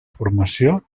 formació